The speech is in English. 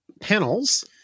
panels